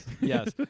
Yes